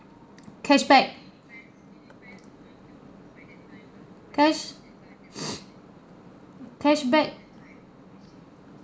cashback cash~ cashback